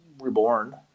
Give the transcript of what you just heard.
Reborn